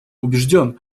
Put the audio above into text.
убежден